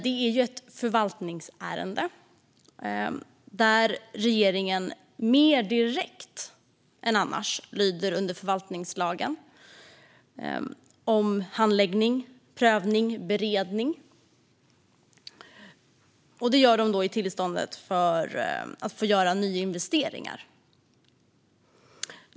Det är ett förvaltningsärende där regeringen mer direkt än annars lyder under förvaltningslagen om handläggning, prövning och beredning. Här är det fråga om tillstånd att få göra nya investeringar.